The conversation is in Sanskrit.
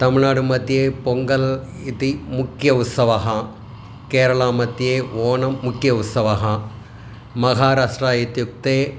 तमिल्नाडुमध्ये पोङ्गल् इति मुख्योत्सवाः केरलामध्ये ओणं मुख्योत्सवः महाराष्ट्रः इत्युक्ते